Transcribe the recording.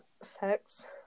Sex